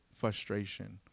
frustration